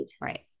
Right